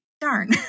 darn